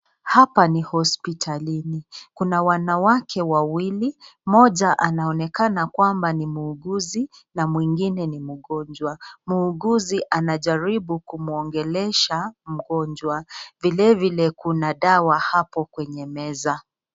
Hapa ni hospitalini, kuna wanawake wawili mmoja anaonekana kwamba ni muuguzi na mwingine ni mgonjwa. Muuguzi anajaribu kumwogelesha mgonjwa. Vile vile kuna dawa hapo kwenye meza.